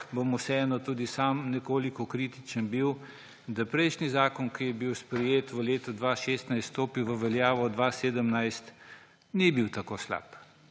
bom vseeno tudi sam nekoliko kritičen, da prejšnji zakon, ki je bil sprejet v letu 2016 in stopil v veljavo 2017, ni bil tako slab.